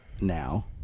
Now